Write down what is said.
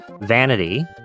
vanity